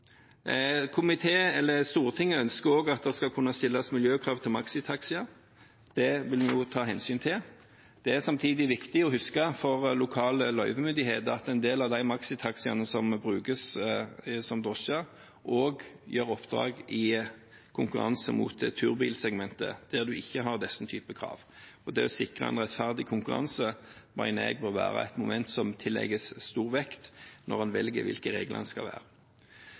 Stortinget ønsker også at det skal kunne stilles miljøkrav til maxitaxier. Det vil vi ta hensyn til. Det er samtidig viktig å huske for lokale løyvemyndigheter at en del av de maxitaxiene som brukes som drosjer, også har oppdrag i konkurranse med turbilsegmentet, der man ikke har denne typen krav. Det å sikre en rettferdig konkurranse mener jeg må være et moment som tillegges stor vekt når man velger hvordan reglene skal være.